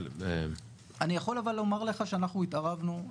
אני יכול לומר לך שאנחנו התערבנו.